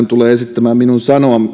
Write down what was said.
tulee esittämään minun